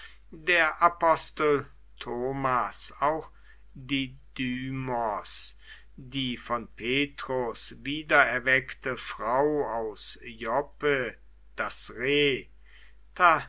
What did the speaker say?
der apostel thomas auch didymos die von petrus wiedererweckte frau aus joppe das reh